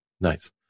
Nice